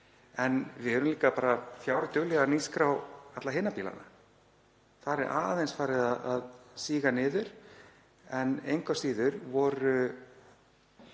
en við erum líka bara fjári dugleg að nýskrá alla hina bílana. Það er aðeins farið að síga niður en engu að síður voru